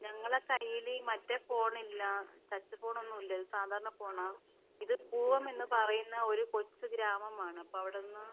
ഞങ്ങളെ കയ്യിൽ മറ്റേ ഫോൺ ഇല്ല ടച്ച് ഫോൺ ഒന്നും ഇല്ല ഇത് സാധാരണ ഫോൺ ആണ് ഇത് പൂവം എന്ന് പറയുന്ന ഒരു കൊച്ച് ഗ്രാമമാണ് അപ്പോൾ അവിടുന്ന്